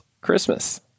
Christmas